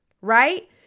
right